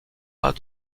pas